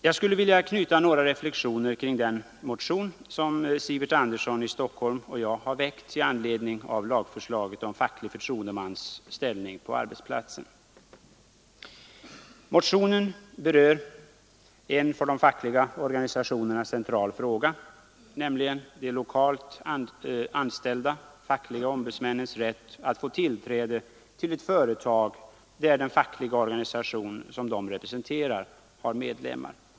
Jag skulle vilja knyta några reflexioner kring den motion som herr Sivert Andersson i Stockholm och jag har väckt i anledning av lagförslaget om facklig förtroendemans ställning på arbetsplatsen. Motionen berör en för de fackliga organisationerna central fråga, nämligen de lokalt anställda fackliga ombudsmännens rätt att få tillträde till ett företag där den fackliga organisation som de representerar har medlemmar.